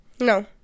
no